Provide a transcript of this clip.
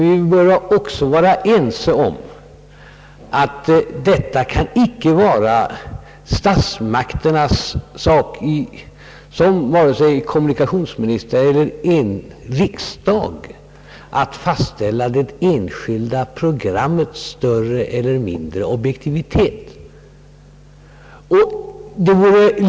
Vi bör också vara eniga om att det icke kan vara statsmakternas sak — vare sig genom kommunikationsministern eller ens genom riksda gen — att fastställa det enskilda programmets större eller mindre objektivitetsgrad.